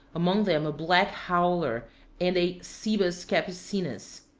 among them a black howler and a cebus capucinus.